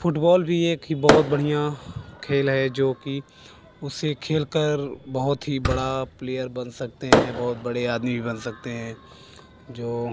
football भी एक ही बहुत बढ़िया खेल है जो कि उसे खेल कर बहुत ही बड़ा प्लेयर बन सकते हैं बहुत बड़े आदमी भी बन सकते हैं जो